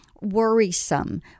worrisome